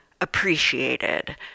appreciated